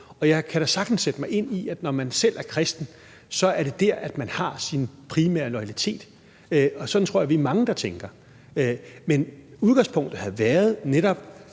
og jeg kan da sagtens sætte mig ind i, at når man selv er kristen, er det der, man har sin primære loyalitet. Sådan tror jeg at vi er mange der tænker. Men udgangspunktet har netop